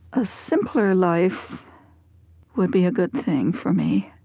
a simpler life would be a good thing for me.